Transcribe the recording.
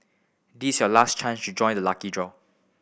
this is your last chance to join the lucky draw